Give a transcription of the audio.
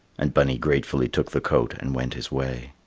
and bunny gratefully took the coat and went his way.